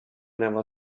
never